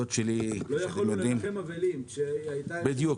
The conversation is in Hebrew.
לא יכולנו לנחם אבלים --- בדיוק.